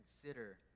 consider